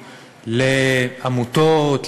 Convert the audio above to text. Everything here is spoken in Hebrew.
לעמותות,